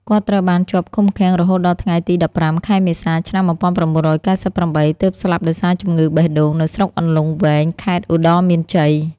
គាត់ត្រូវបានជាប់ឃុំឃាំងរហូតដល់ថ្ងៃទី១៥ ខែមេសា ឆ្នាំ១៩៩៨ ទើបស្លាប់ដោយសារជំងឺបេះដូង នៅស្រុកអន្លង់វែង ខេត្តឧត្តរមានជ័យ។